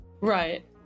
Right